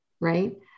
right